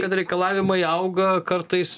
kad reikalavimai auga kartais